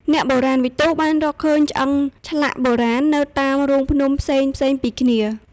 អ្នកបុរាណវិទូបានរកឃើញឆ្អឹងឆ្លាក់បុរាណនៅតាមរូងភ្នំផ្សេងៗពីគ្នា។